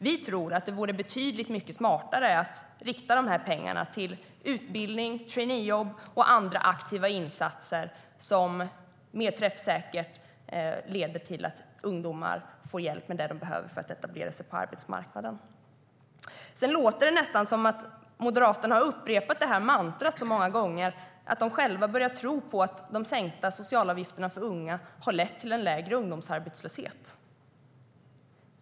Vi tror att det vore betydligt smartare att rikta pengarna till utbildning, traineejobb och andra aktiva insatser som mer träffsäkert leder till att ungdomar får hjälp med det de behöver för att etablera sig på arbetsmarknaden. Det låter nästan som att Moderaterna har upprepat sitt mantra så många gånger att de själva börjar tro på att de sänkta socialavgifterna för unga har lett till en lägre ungdomsarbetslöshet.